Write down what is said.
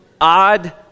odd